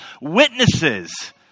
witnesses